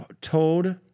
told